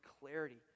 clarity